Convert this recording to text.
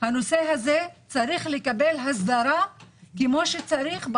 הנושא הזה צריך לקבל הסדרה בחוק כמו שצריך,